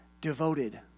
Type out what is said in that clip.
devoted